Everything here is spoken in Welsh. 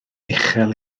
uchel